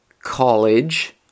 college